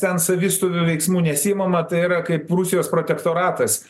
ten savistovių veiksmų nesiimama tai yra kaip rusijos protektoratas